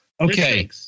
Okay